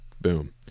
Boom